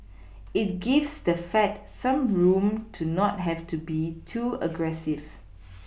it gives the fed some room to not have to be too aggressive